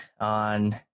on